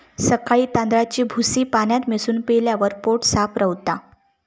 सकाळी तांदळाची भूसी पाण्यात मिसळून पिल्यावर पोट साफ रवता